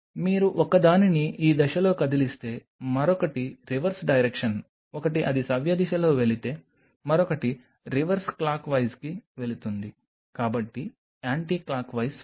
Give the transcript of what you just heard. మీరు ఒకదానిని ఈ దిశలో కదిలిస్తే మరొకటి రివర్స్ డైరెక్షన్ ఒకటి అది సవ్యదిశలో వెళితే మరొకటి రివర్స్ క్లాక్వైజ్కి వెళుతుంది కాబట్టి యాంటీ క్లాక్వైస్ ఫైన్